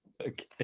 okay